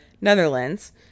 Netherlands